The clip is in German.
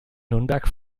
nürnberg